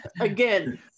again